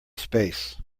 space